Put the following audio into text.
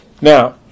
Now